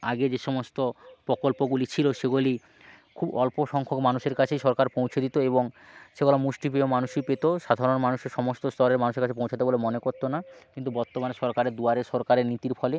আগে যে সমস্ত প্রকল্পগুলি ছিলো সেগুলি খুব অল্প সংখ্যক মানুষের কাছেই সরকার পৌঁছে দিতো এবং সেগুলা মুষ্টিমেয় মানুষই পেতো সাধারণ মানুষের সমস্ত স্তরের মানুষের কাছে পৌঁছাতো বলে মনে করত না কিন্তু বর্তমানে সরকারের দুয়ারে সরকারের নীতির ফলে